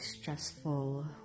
stressful